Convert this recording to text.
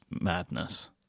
madness